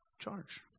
charge